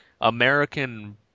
American